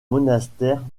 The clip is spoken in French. monastère